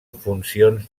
funcions